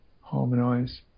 harmonize